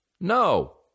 No